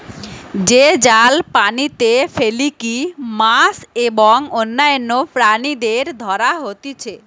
যে জাল পানিতে ফেলিকি মাছ এবং অন্যান্য প্রাণীদের ধরা হতিছে